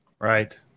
Right